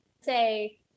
say